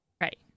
Right